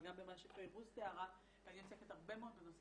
אבל גם במה שפיירוז תיארה אני עוסקת הרבה מאוד בנושא